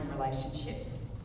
relationships